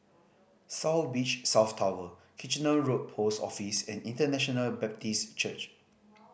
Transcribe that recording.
South Beach South Tower Kitchener Road Post Office and International Baptist Church